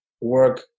work